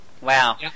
Wow